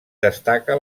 destaca